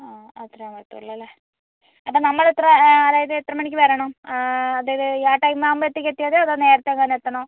ആ അത്ര ആവുമ്പോൾ എത്തുവല്ലോ അല്ലേ അല്ലേ അപ്പോൾ നമ്മൾ എത്ര അതായത് എത്ര മണിക്ക് വരണം അതായത് ആ ടൈം ആവുമ്പോഴത്തേക്ക് എത്തിയാൽ മതിയോ അതോ നേരത്തെ തന്നെ എത്തണോ